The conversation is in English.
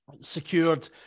secured